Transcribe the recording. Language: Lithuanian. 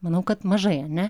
manau kad mažai ar ne